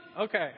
Okay